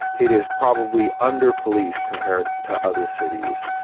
it is probably under policed compared to other cities.